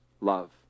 love